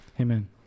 Amen